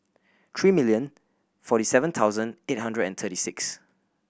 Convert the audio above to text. three million forty seven thousand eight hundred and thirty six